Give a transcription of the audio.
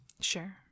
sure